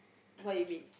what you mean